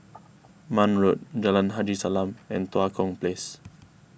Marne Road Jalan Haji Salam and Tua Kong Place